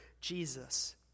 Jesus